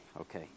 okay